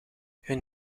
hun